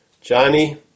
Johnny